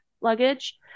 luggage